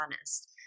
honest